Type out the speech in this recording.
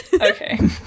Okay